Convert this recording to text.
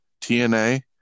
TNA